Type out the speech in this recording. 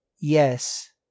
Yes